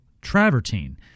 travertine